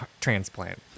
transplant